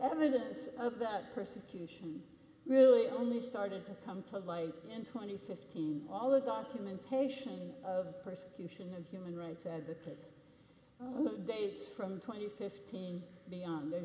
evidence of that persecution really only started to come to light in twenty fifteen all the documentation of persecution of human rights at that date from twenty fifteen beyond the